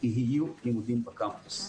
יהיו לימודים בקמפוס.